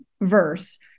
verse